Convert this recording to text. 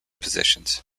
positions